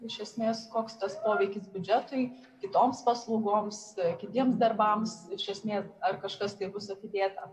iš esmės koks tas poveikis biudžetui kitoms paslaugoms kitiems darbams iš esmės ar kažkas tai bus atidėta